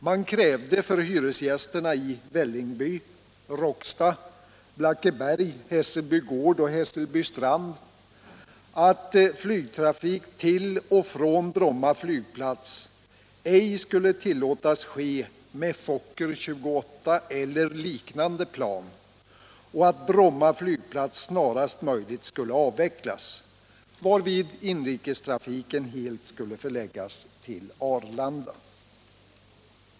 Man krävde för hyresgästerna i Vällingby, Råcksta, Blackeberg, Hässelby Gård och Hässelby Strand att flygtrafik till och från Bromma flygplats ej skulle tillåtas ske med Fokker 28 eller liknande plan och att Bromma flygplats snarast möjligt skulle avvecklas, varvid inrikestrafiken helt skulle förläggas till Arlanda.